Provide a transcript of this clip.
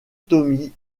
tommy